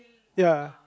ya